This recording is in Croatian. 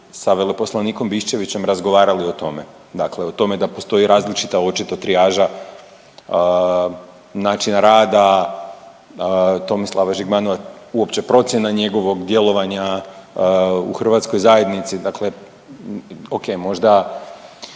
sa veleposlanikom Biščević razgovarali o tome. Dakle o tome da postoje različita očita trijaža, način rada Tomislava Žigmanova, uopće procjena njegovog djelovanja u hrvatskoj zajednici dakle, ok, možda